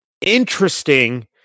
Interesting